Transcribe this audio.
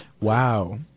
Wow